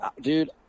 Dude